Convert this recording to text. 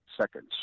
seconds